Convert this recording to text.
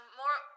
more